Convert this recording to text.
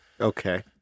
Okay